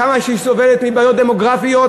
כמה שהיא סובלת מבעיות דמוגרפיות,